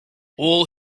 all